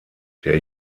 der